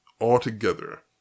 altogether